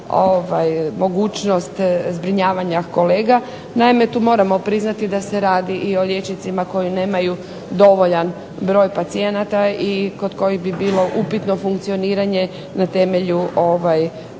mogućnost zbrinjavanja kolega. Naime, tu moramo priznati da se radi i o liječnicima koji nemaju dovoljan broj pacijenata i kod kojih bi bilo upitno funkcioniranje na temelju koncesije.